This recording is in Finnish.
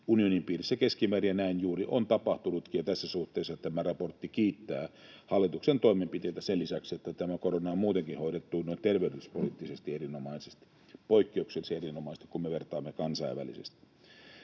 unionin piirissä keskimäärin, ja näin juuri on tapahtunutkin. Tässä suhteessa tämä raportti kiittää hallituksen toimenpiteitä, sen lisäksi, että tämä korona on muutenkin hoidettu noin terveydellispoliittisesti erinomaisesti — poikkeuksellisen erinomaisesti, kun vertaamme kansainvälisesti.